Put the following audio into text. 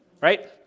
right